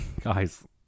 Guys